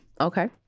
Okay